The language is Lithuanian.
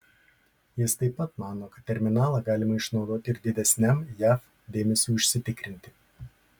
jis taip pat mano kad terminalą galima išnaudoti ir didesniam jav dėmesiui užsitikrinti